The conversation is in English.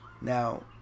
Now